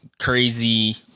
Crazy